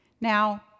Now